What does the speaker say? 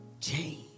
Change